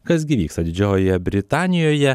kas gi vyksta didžiojoje britanijoje